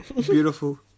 Beautiful